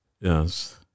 Yes